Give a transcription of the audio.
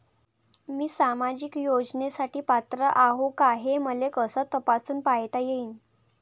मी सामाजिक योजनेसाठी पात्र आहो का, हे मले कस तपासून पायता येईन?